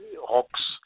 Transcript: Hawks